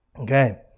Okay